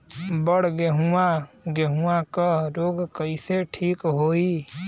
बड गेहूँवा गेहूँवा क रोग कईसे ठीक होई?